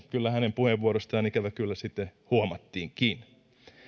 kyllä hänen puheenvuorostaan ikävä kyllä sitten huomattiinkin